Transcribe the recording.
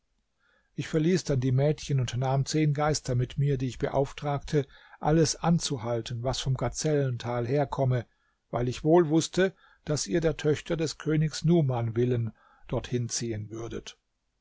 ich verließ dann die mädchen und nahm zehn geister mit mir die ich beauftragte alles anzuhalten was vom gazellental herkomme weil ich wohl wußte daß ihr der töchter des königs numan willen dorthin ziehen würdet